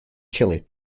chile